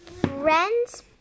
Friends